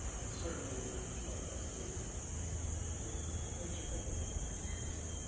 and certainly an injury like that could be fatal. it makes you think about things like this.